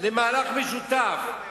למהלך משותף.